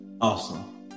Awesome